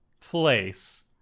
place